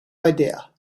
idea